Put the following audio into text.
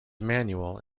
manual